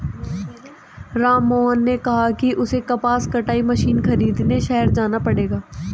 राममोहन ने कहा कि उसे कपास कटाई मशीन खरीदने शहर जाना पड़ेगा